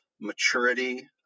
maturity